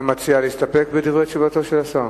אתה מציע להסתפק בדברי תשובתו של השר?